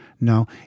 No